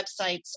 websites